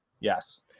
Yes